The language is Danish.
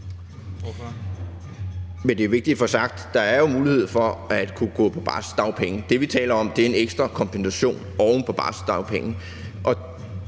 (V): Men det er vigtigt at få sagt, at der jo er mulighed for at få barselsdagpenge. Det, vi taler om, er en ekstra kompensation oven på barselsdagpengene,